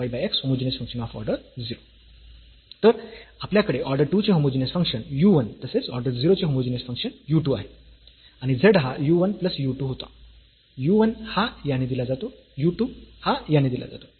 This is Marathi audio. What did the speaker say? तर आपल्याकडे ऑर्डर 2 चे होमोजीनियस फंक्शन u 1 तसेच ऑर्डर 0 चे होमोजीनियस फंक्शन u 2 आहे आणि z हा u 1 प्लस u 2 होता u 1 हा याने दिला जातो u 2 हा याने दिला जातो